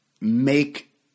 make